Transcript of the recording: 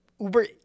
Uber